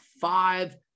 five